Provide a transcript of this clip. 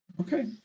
Okay